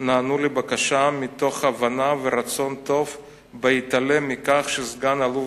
נענו לבקשה מתוך הבנה ורצון טוב בהתעלם מכך שסגן-אלוף